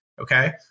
Okay